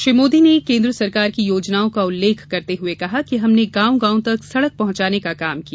श्री मोदी ने केन्द्र सरकार की योजनाओं का उल्लेख करते हुए कहा कि हमने गांव गांव तक सड़क पहुंचाने का काम किया